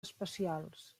especials